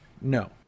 No